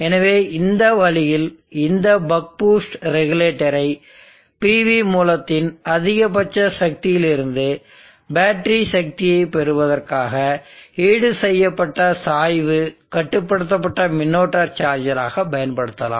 எனவே இந்த வழியில் இந்த பக் பூஸ்ட் ரெகுலேட்டரை PV மூலத்தின் அதிகபட்ச சக்தியில் இருந்து பேட்டரி சக்தியை பெறுவதற்காக ஈடுசெய்யப்பட்ட சாய்வு கட்டுப்படுத்தப்பட்ட மின்னோட்ட சார்ஜராக பயன்படுத்தலாம்